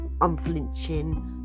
unflinching